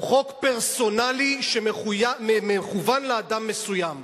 הוא חוק פרסונלי, שמכוון לאדם מסוים.